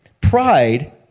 pride